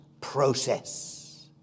process